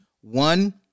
One